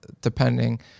depending